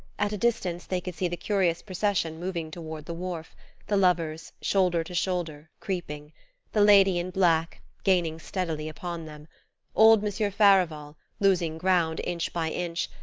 at a distance they could see the curious procession moving toward the wharf the lovers, shoulder to shoulder, creeping the lady in black, gaining steadily upon them old monsieur farival, losing ground inch by inch,